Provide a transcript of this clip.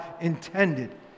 intended